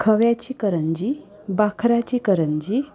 खव्याची करंजी बाखराची करंजी